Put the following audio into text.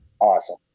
Awesome